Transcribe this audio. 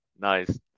Nice